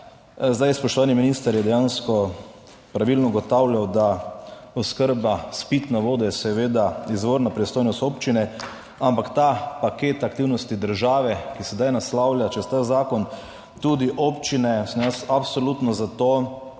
Zdaj, spoštovani minister je dejansko pravilno ugotavljal, da oskrba s pitno vodo je seveda izvorna pristojnost občine, ampak ta paket aktivnosti države, ki sedaj naslavlja čez ta zakon tudi občine, sem jaz absolutno za to,